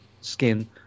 skin